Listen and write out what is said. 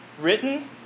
written